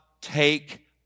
take